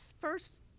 first